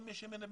ומי שיש